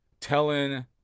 telling